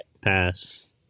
Pass